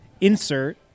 insert